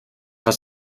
was